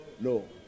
No